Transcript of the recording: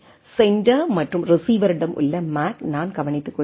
எனவே சென்டெர் மற்றும் ரிசீவரிடம் உள்ள மேக் நான் கவனித்துக்கொள்கிறேன்